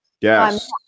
Yes